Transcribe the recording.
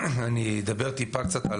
אדבר קצת על